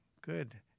Good